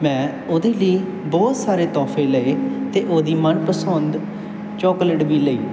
ਮੈਂ ਉਹਦੇ ਲਈ ਬਹੁਤ ਸਾਰੇ ਤੋਹਫ਼ੇ ਲਏ ਅਤੇ ਉਹਦੀ ਮਨ ਪਸੰਦ ਚੋਕਲੇਟ ਵੀ ਲਈ